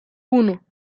uno